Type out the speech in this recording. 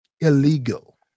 illegal